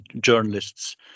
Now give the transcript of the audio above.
journalists